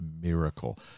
miracle